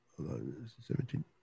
17